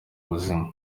ubuzima